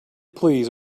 please